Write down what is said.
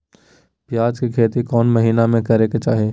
प्याज के खेती कौन महीना में करेके चाही?